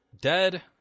dead